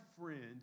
friend